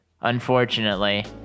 Unfortunately